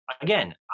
again